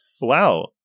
Wow